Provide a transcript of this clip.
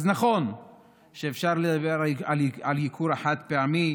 אז נכון שאפשר לדבר על ייקור החד-פעמי,